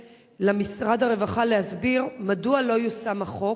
למשרד הרווחה להסביר מדוע לא יושם החוק